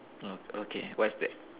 oh okay what's that